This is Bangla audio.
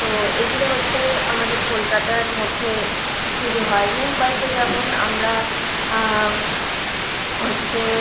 তো এগুলো হচ্ছে আমাদের কলকাতার মধ্যে পুজো হয় মুম্বইতে যেমন আমরা হচ্ছে